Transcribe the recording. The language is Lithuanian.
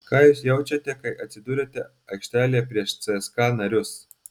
ką jūs jaučiate kai atsiduriate aikštelėje prieš cska narius